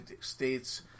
states